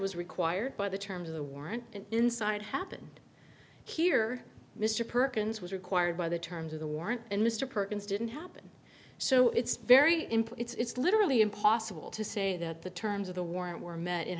was required by the terms of the warrant and inside happened here mr perkins was required by the terms of the warrant and mr perkins didn't happen so it's very important it's literally impossible to say that the terms of the warrant were met in